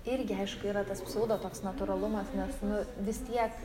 irgi aišku yra tas pseudo toks natūralumas nes nu vis tiek